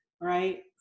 right